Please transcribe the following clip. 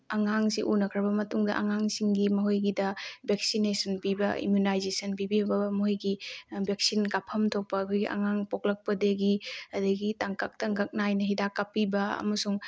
ꯑꯉꯥꯡꯁꯤ ꯎꯅꯈ꯭ꯔꯕ ꯃꯇꯨꯡꯗ ꯑꯉꯥꯡꯁꯤꯡꯒꯤ ꯃꯈꯣꯏꯒꯤꯗ ꯕꯦꯛꯁꯤꯅꯦꯁꯟ ꯄꯤꯕ ꯏꯝꯃ꯭ꯌꯨꯅꯥꯏꯖꯦꯁꯟ ꯄꯤꯕꯤꯕ ꯃꯈꯣꯏꯒꯤ ꯕꯦꯛꯁꯤꯟ ꯀꯥꯞꯐꯝ ꯊꯣꯛꯄ ꯑꯩꯈꯣꯏꯒꯤ ꯑꯉꯥꯡ ꯄꯣꯛꯂꯛꯄꯗꯒꯤ ꯑꯗꯨꯗꯒꯤ ꯇꯥꯡꯀꯛ ꯇꯥꯡꯀꯛ ꯅꯥꯏꯅ ꯍꯤꯗꯥꯛ ꯀꯥꯞꯄꯤꯕ ꯑꯃꯁꯨꯡ